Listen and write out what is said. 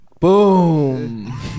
Boom